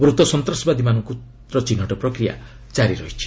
ମୃତ ସନ୍ତାସବାଦୀମାନଙ୍କର ଚିହ୍ନଟ ପ୍ରକ୍ରିୟା ଜାରି ରହିଛି